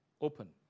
open